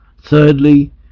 Thirdly